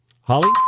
Holly